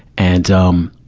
and, um,